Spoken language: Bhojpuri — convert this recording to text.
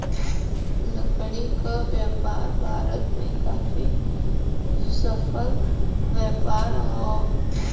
लकड़ी क व्यापार भारत में काफी सफल व्यापार हौ